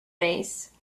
vase